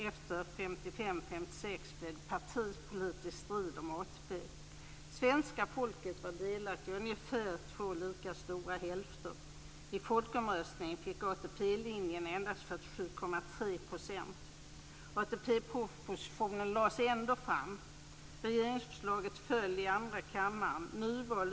Efter 1955/56 blev det partipolitisk strid om ATP. Svenska folket var delat i två ungefär lika stora hälfter. I folkomröstningen fick ATP-linjen endast 47,3 % av rösterna. ATP-propositionen lades ändå fram. Regeringsförslaget föll i andra kammaren.